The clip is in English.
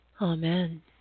Amen